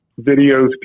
videos